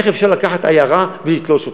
איך אפשר לקחת עיירה ולתלוש אותה?